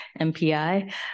MPI